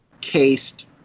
cased